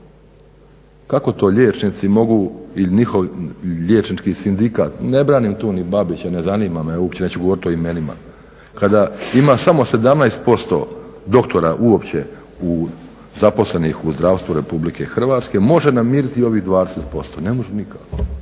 Kako to liječnici mogu i njihov liječnički sindikat, ne branim tu ni Babića ne zanima me uopće, neću govoriti o imenima, kada ima samo 17% doktora uopće zaposlenih u zdravstvu RH može namiriti ovih 20%? Ne može nikako,